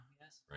yes